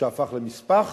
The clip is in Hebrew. שהפך למשפח,